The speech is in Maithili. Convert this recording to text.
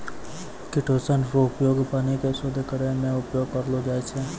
किटोसन रो उपयोग पानी के शुद्ध करै मे उपयोग करलो जाय छै